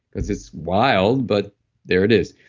it's it's wild. but there it is.